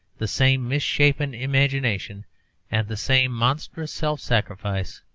the same misshapen imagination and the same monstrous self-sacrifice.